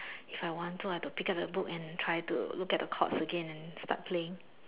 if I want to I've to pick up the book and try to look at the chords again start playing